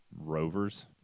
rovers